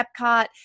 Epcot